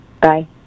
bye